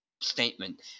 statement